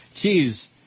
cheese